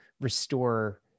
restore